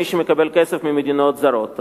מי שמקבל כסף ממדינות זרות.